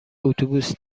اتوبوس